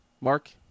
Mark